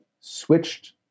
switched